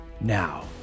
Now